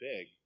big